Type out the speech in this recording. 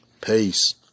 Peace